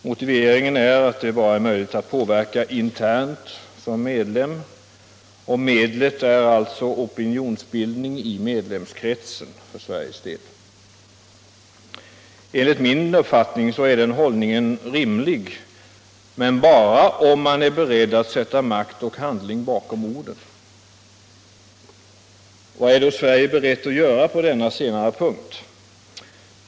Motiveringen är att det bara är möjligt att påverka internt som medlem. Medlet är alltså opinionsbildning i medlemskretsen. Enligt min uppfattning är den hållningen rimlig bara om man är beredd att sätta makt och handling bakom orden. Vad är då Sverige berett att göra på denna senare punkt?